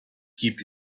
keep